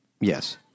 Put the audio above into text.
Yes